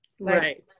Right